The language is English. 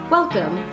Welcome